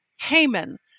Haman